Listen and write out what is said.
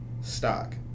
stock